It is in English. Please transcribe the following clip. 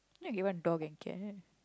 ya he want a dog and cat